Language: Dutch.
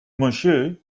monsieur